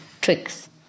tricks